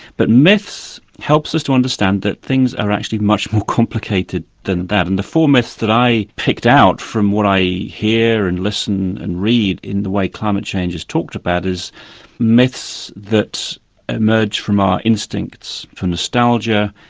but myths help so us to understand that things are actually much more complicated than that and the four myths that i picked out from what i hear and listen and read in the way that climate change is talked about, is myths that emerge from our instincts, for nostalgia,